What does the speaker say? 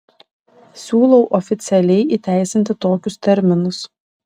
siūlau oficialiai įteisinti tokius terminus